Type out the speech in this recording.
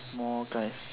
more games